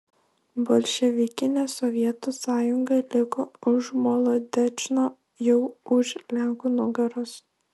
bolševikinė sovietų sąjunga liko už molodečno jau už lenkų nugaros